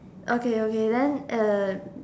okay okay then uh